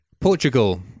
Portugal